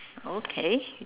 okay